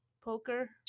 poker